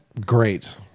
great